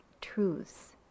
truths